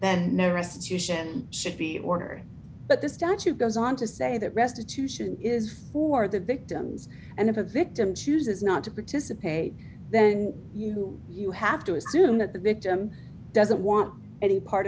then no restitution should be ordered but the statute goes on to say that restitution is for the victims and a victim chooses not to participate then you who you have to assume that the victim doesn't want any part